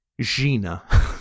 Gina